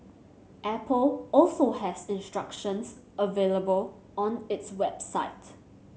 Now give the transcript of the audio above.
Apple also has instructions available on its website